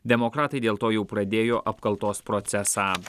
demokratai dėl to jau pradėjo apkaltos procesą